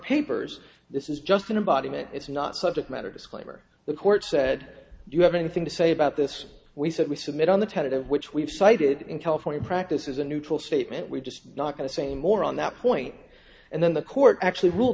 papers this is just an embodiment it's not subject matter disclaimer the court said you have anything to say about this we said we submit on the tentative which we've cited in california practice is a neutral statement we're just not going to say more on that point and then the court actually rule